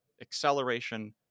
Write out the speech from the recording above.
acceleration